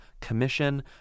commission